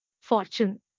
fortune